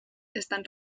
estan